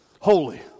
Holy